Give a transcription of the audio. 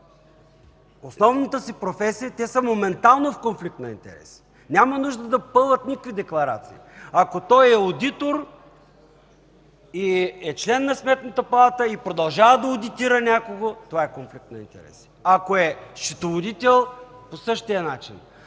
основната си професия, те са моментално в конфликт на интереси. Няма нужда да попълват никакви декларации. Ако той е одитор и е член на Сметната палата и продължава да одитира някого, това е конфликт на интереси. Ако е счетоводител – по същия начин.